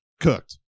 Cooked